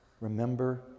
Remember